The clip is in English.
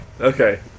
Okay